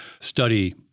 study